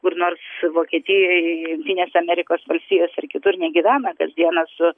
kur nors vokietijoj jungtinėse amerikos valstijose ar kitur negyvena kasdieną su